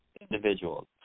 individuals